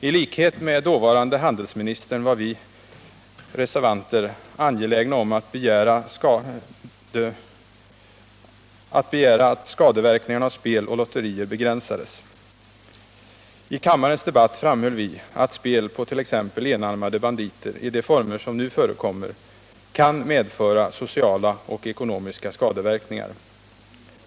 Ilikhet med dåvarande handelsministern var vi reservanter angelägna om att skadeverkningarna av spel och lotterier måste begränsas. I kammarens debatt framhöll vi att spel på t.ex. enarmade banditer — i de former som nu förekommer — kan medföra sociala och ekonomiska skadeverkningar.